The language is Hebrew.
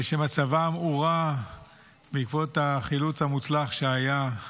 ושמצבם הורע בעקבות החילוץ המוצלח שהיה.